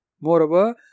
Moreover